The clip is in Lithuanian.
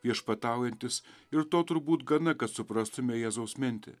viešpataujantis ir to turbūt gana kad suprastume jėzaus mintį